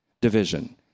division